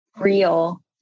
real